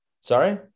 sorry